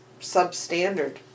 substandard